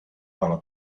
dalla